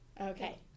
Okay